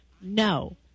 no